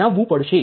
બનાવવુ પડશે